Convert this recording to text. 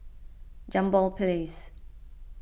Jambol Place